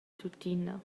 tuttina